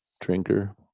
drinker